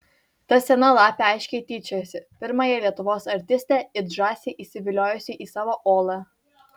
ta sena lapė aiškiai tyčiojosi pirmąją lietuvos artistę it žąsį įsiviliojusi į savo olą